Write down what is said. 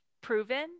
proven